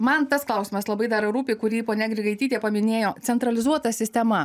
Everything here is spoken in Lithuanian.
man tas klausimas labai dar rūpi kurį ponia grigaitytė paminėjo centralizuota sistema